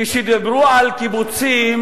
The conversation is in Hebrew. כשדיברו על קיבוצים